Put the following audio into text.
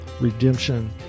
redemption